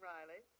Riley